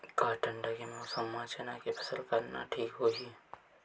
का ठंडा के मौसम म चना के फसल करना ठीक होही?